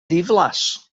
ddiflas